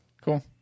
cool